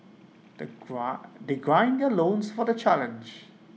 they gruss grussing their loans for the challenge